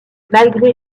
malgré